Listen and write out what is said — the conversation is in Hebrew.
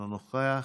אינו נוכח.